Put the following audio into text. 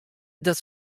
dat